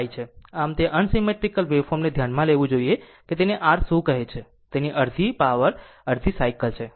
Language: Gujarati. આમ તે અનસિમેંટ્રીકલ વેવફોર્મ ને ધ્યાનમાં લેવું જોઈએ કે તેને r શું કહે છે તેનો આધાર અડધી સાયકલ છે